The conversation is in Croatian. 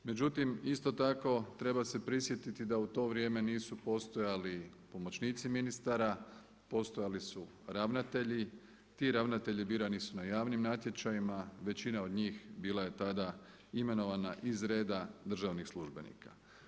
Međutim isto tako treba se prisjetiti da u to vrijeme nisu postojali pomoćnici ministara, postojali su ravnatelji, ti ravnatelji birani su na javnim natječajima, većina od njih bila je tada imenovana iz reda državnih službenika.